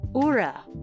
Ura